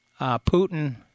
Putin